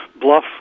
Bluff